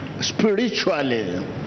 spiritually